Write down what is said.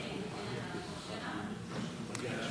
7 נתקבלו.